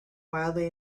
wildly